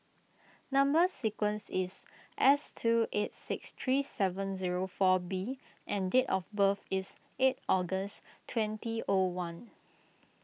Number Sequence is S two eight six three seven zero four B and date of birth is eight August twenty O one